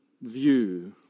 view